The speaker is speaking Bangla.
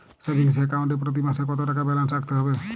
সেভিংস অ্যাকাউন্ট এ প্রতি মাসে কতো টাকা ব্যালান্স রাখতে হবে?